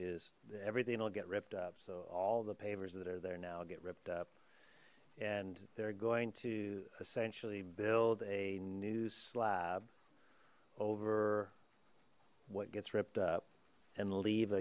is everything they'll get ripped up so all the pavers that are there now get ripped up and they're going to essentially build a new slab over what gets ripped up and leave